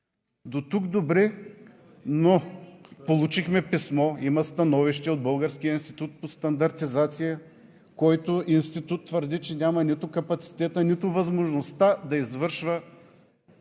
Дотук добре, но получихме писмо, има становище от Българския институт по стандартизация, който твърди, че няма нито капацитета, нито възможността да извършва